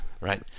right